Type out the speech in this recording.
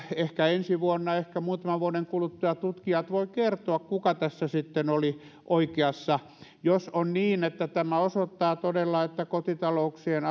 ehkä ensi vuonna ehkä muutaman vuoden kuluttua tutkijat voivat kertoa kuka tässä sitten oli oikeassa jos on niin että tämä osoittaa todella että kotitalouksien